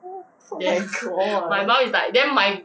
oh oh my god